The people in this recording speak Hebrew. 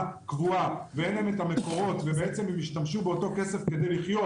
קבועה ואין להם את המקורות והם השתמשו באותו כסף כדי לחיות